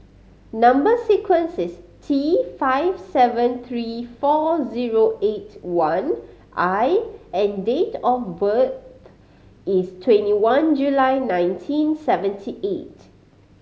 number sequence is T five seven three four zero eight one I and date of birth is twenty one July nineteen seventy eight